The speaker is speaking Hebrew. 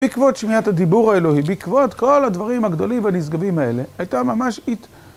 בעקבות שמיעת הדיבור האלוהי, בעקבות כל הדברים הגדולים והנשגבים האלה, הייתה ממש אית...